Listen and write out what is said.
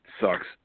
sucks